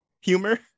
humor